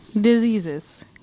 diseases